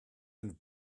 and